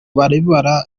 barbara